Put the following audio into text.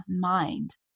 mind